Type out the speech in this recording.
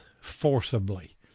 forcibly